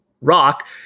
rock